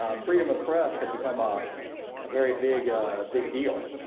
ah freedom of the press had become a very big big deal,